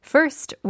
First